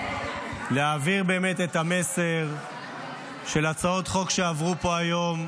להעביר באמת את המסר של הצעות החוק שעברו פה היום,